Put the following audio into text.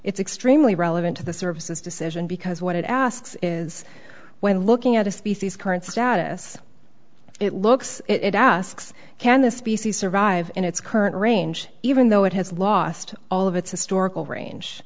it's extremely relevant to the services decision because what it asks is when looking at a species current status it looks it asks can the species survive in its current range even though it has lost all of its historical range